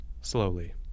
slowly